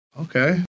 Okay